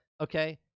okay